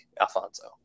Alfonso